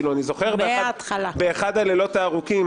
אני זוכר באחד הלילות הארוכים